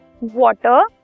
water